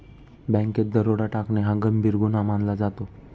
बँकेत दरोडा टाकणे हा गंभीर गुन्हा मानला जातो